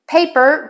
Paper